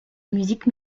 musique